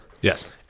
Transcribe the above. Yes